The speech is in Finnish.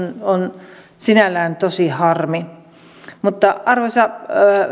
on sinällään tosi harmi arvoisa